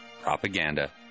Propaganda